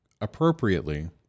appropriately